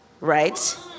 Right